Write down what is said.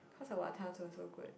cause her wanton so so good